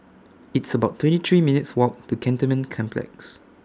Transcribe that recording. It's about twenty three minutes' Walk to Cantonment Complex